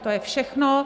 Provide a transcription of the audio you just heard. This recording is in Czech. To je všechno.